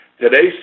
Today's